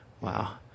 Wow